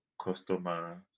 customer